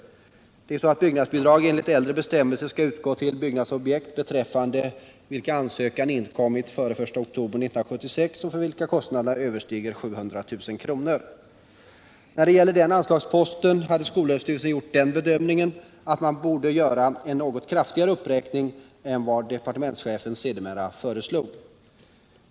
Det är ju så att byggnadsbidrag enligt äldre bestämmelser skall utgå till byggnadsobjekt, beträffande vilka ansökan inkommit före 1 oktober 1976 och för vilka kostnaderna överstiger 700 000 kronor. När det gäller denna anslagspost hade skolöverstyrelsen gjort bedömningen att man borde göra en något kraftigare uppräkning än vad departementschefen sedermera föreslog.